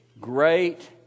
great